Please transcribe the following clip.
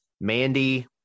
mandy